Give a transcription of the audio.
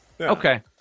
Okay